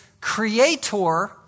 creator